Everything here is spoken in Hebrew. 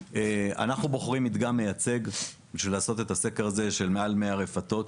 אנחנו בוחרים מדגם מייצג בשביל לעשות את הסקר הזה של מעל 100 רפתות.